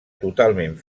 totalment